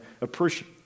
appreciate